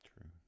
True